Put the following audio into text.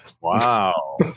wow